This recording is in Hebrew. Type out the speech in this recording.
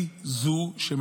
העקבית